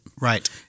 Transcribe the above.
right